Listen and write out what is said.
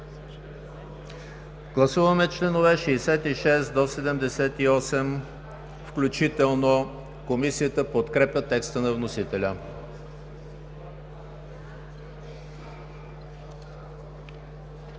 гласуване членове от 66 до 78 включително – Комисията подкрепя текста на вносителя.